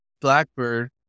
Blackbird